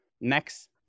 next